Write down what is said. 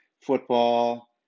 football